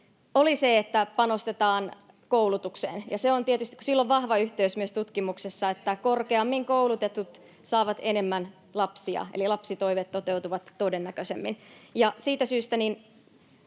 oli se, että panostetaan koulutukseen, ja sillä on tietysti vahva yhteys myös tutkimuksessa, että korkeammin koulutetut saavat enemmän lapsia, eli lapsitoiveet toteutuvat todennäköisemmin. Siitä syystä